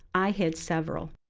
i had several.